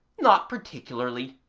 not particularly,